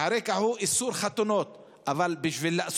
אבל לא על